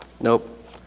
Nope